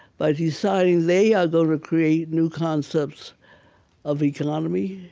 by deciding they are going to create new concepts of economy,